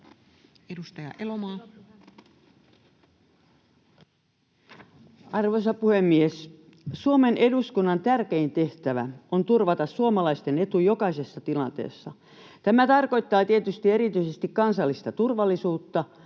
Content: Arvoisa puhemies! Suomen eduskunnan tärkein tehtävä on turvata suomalaisten etu jokaisessa tilanteessa. Tämä tarkoittaa tietysti erityisesti kansallista turvallisuutta